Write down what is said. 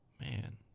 Man